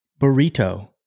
Burrito